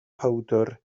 powdwr